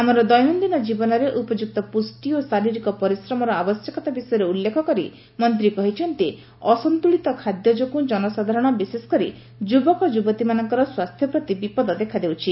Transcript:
ଆମର ଦୈନନ୍ଦିନ କ୍ରୀବନରେ ଉପଯୁକ୍ତ ପୁଷ୍ଟି ଓ ଶାରୀରିକ ପରିଶ୍ରମର ଆବଶ୍ୟକତା ବିଷୟରେ ଉଲ୍ଲେଖ କରି ମନ୍ତ୍ରୀ କହିଛନ୍ତି ଅସନ୍ତୂଳନ ଖାଦ୍ୟ ଯୋଗୁଁ ଜନସାଧାରଣ ବିଶେଷକରି ଯୁବକ ଯୁବତୀମାନଙ୍କର ସ୍ୱାସ୍ଥ୍ୟ ପ୍ରତି ବିପଦ ଦେଖାଦେଉଛି